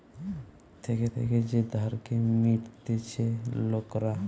থেকে থেকে যে ধারকে মিটতিছে লোকরা